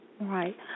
Right